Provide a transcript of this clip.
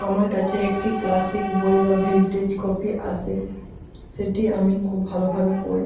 আমার কাছে একটি ক্লাসিক বই বা ভিন্টেজ কপি আছে সেটি আমি খুব ভালোভাবে পড়ি